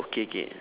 okay okay